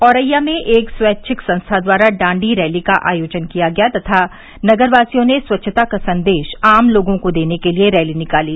औरैया में एक स्वैच्छिक संस्था द्वारा डांडी रैली का आयोजन किया गया तथा नगर वासियों ने स्वच्छता का संदेश आम लोगों को देने के लिये रैली निकाली